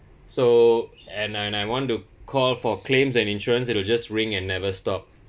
so and I I want to call for claims and insurance it will just ring and never stop